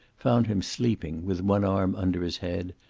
found him sleeping, with one arm under his head,